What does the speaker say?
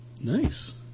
Nice